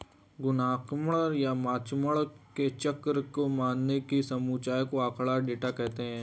गुणात्मक या मात्रात्मक चर के मानों के समुच्चय को आँकड़ा, डेटा कहते हैं